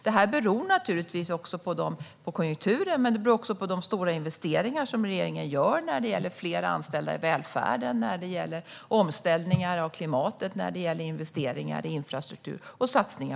Detta beror naturligtvis på konjunkturen men också på de stora investeringar som regeringen gör på fler anställda i välfärden, omställningar av klimatet, infrastruktur och utbildning.